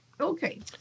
Okay